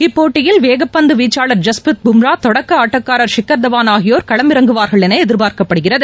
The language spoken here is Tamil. இப்போட்டியில் வேகப்பந்து வீச்சாளர் ஜஸ்பிரித் பூம்ரா தொடக்க ஆட்டக்காரர் ஷிகர்தவான் ஆகியோர் களம் இறங்குவார்கள் என எதிர்பார்க்கப்படுகிறது